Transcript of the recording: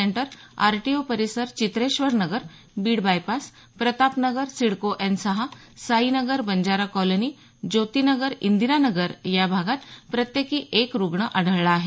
centre RTO परिसर Chitreshwar Nagar Beed bypass Pratap Nagar CIDCO N सहा Sai Nagar Banjara colony Jyoti Nagar Indira Nagar या भागात प्रत्येकी एक रुग्ण आढळला आहे